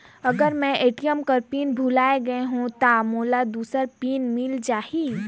अगर मैं ए.टी.एम कर पिन भुलाये गये हो ता मोला दूसर पिन मिल जाही?